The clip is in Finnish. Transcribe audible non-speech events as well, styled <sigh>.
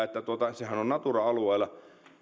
<unintelligible> että sehän on natura alueella